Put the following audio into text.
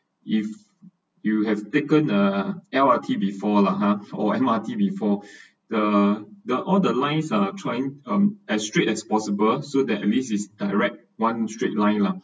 if you have taken uh L_R_T before lah or M_R_T before the the all the lines are trying um as straight as possible so that at least is direct one straight line lah